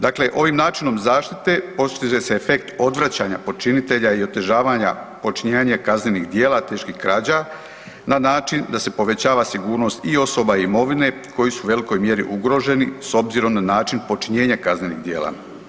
Dakle, ovim načinom zaštite postiže se efekt odvraćanja počinitelja i otežavanja počinjenja kaznenih djela teških krađa na način da se povećava sigurnost i osoba i imovine koji su u velikoj mjeri ugroženi s obzirom na način počinjenja kaznenih djela.